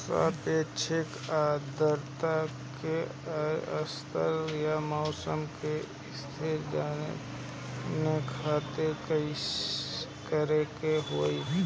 सापेक्षिक आद्रता के स्तर या मौसम के स्थिति जाने खातिर करे के होई?